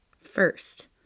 First